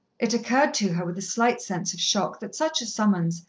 it occurred to her, with a slight sense of shock, that such a summons,